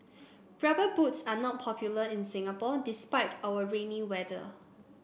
rubber boots are not popular in Singapore despite our rainy weather